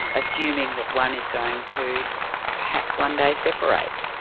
assuming that one is going to perhaps one day separate.